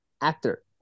actor